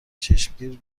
چشمگیر